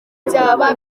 byaba